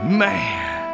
man